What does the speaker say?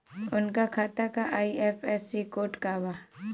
उनका खाता का आई.एफ.एस.सी कोड का बा?